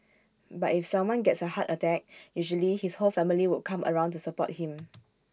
but if someone gets A heart attack usually his whole family would come around to support him